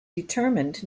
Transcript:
determined